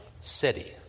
City